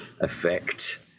effect